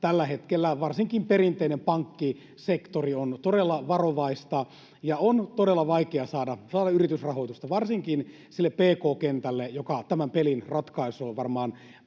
tällä hetkellä varsinkin perinteinen pankkisektori on todella varovaista ja on todella vaikea saada yritysrahoitusta varsinkin sille pk-kentälle, joka on tämän pelin ratkaisu varmaan